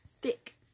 thick